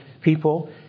people